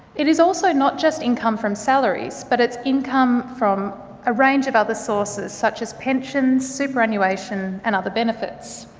it is also not just income from salaries but it's income from a range of other sources, such as pensions, superannuation and other benefits.